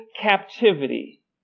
captivity